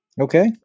Okay